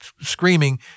screaming